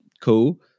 cool